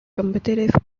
competitive